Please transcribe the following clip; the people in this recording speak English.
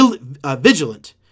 vigilant